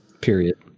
period